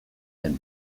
den